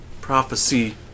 Prophecy